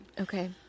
Okay